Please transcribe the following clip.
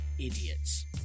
idiots